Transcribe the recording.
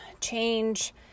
change